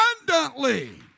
abundantly